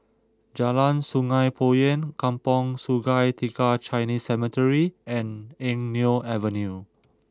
Jalan Sungei Poyan Kampong Sungai Tiga Chinese Cemetery and Eng Neo Avenue